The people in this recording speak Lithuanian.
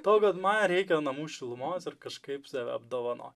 to kad man reikia namų šilumos ir kažkaip save apdovanot